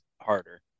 harder